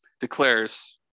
declares